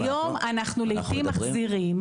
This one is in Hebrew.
אבל אנחנו מדברים --- היום אנחנו לעיתים מחזירים,